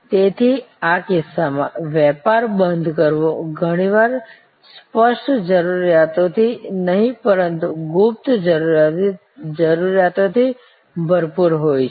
તેથી આ કિસ્સાઓમાં વેપાર બંધ કરવો ઘણીવાર સ્પષ્ટ જરૂરિયાતોથી નહીં પરંતુ ગુપ્ત જરૂરિયાતોથી ભરપૂર હોય છે